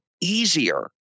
easier